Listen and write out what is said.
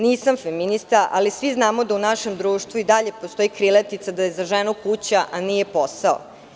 Nisam feminista, ali svi znamo da u našem društvu i dalje postoji krilatica da je za ženu kuća, a nije posao.